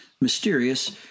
mysterious